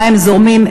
מים זורמים.